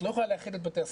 את ולה לאחד את בתי הספר.